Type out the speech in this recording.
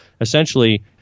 essentially